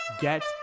get